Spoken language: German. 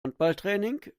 handballtraining